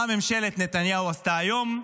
מה ממשלת נתניהו עשתה היום?